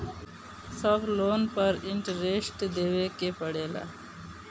सब लोन पर इन्टरेस्ट देवे के पड़ेला?